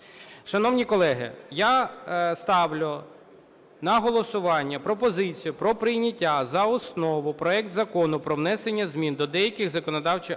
Шановні колеги, я ставлю на голосування пропозицію про прийняття за основу проект Закону про внесення змін до деяких законодавчих актів